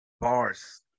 Bars